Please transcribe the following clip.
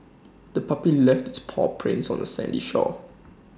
the puppy left its paw prints on the sandy shore